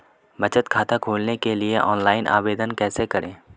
बचत खाता खोलने के लिए ऑनलाइन आवेदन कैसे करें?